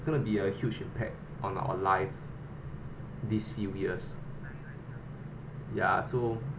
it's gonna be a huge impact on our life these few years ya so